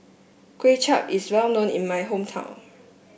Kway Chap is well known in my hometown